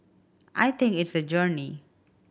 I think it's a journey